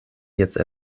jetzt